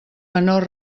menor